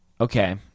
Okay